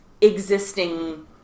existing